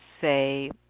Say